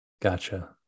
Gotcha